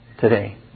today